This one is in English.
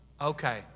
Okay